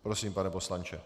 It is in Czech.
Prosím, pane poslanče.